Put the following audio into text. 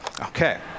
Okay